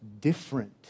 different